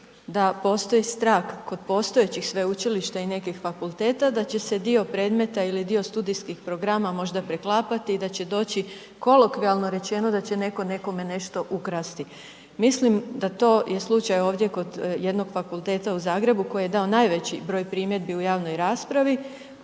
da postoji strah kod postojećih sveučilišta i nekih fakulteta, da će se dio predmeta ili dio studijskih programa možda preklapati i da će doći kolokvijalno rečeno, da će neko nekome nešto ukrasti. Mislim da to je slučaj ovdje kod jednog fakulteta u Zagrebu koji je dao najveći broj primjedbi u javnoj raspravi,